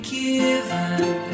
given